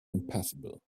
impassable